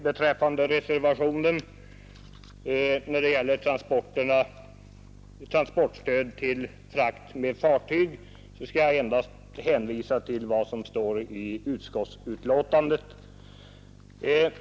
Beträffande reservationen angående transportstöd till frakt med fartyg skall jag endast hänvisa till vad som står i utskottsbetänkandet.